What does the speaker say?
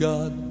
God